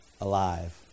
alive